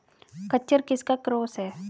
खच्चर किसका क्रास है?